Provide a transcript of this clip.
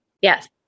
Yes